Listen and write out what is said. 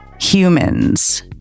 humans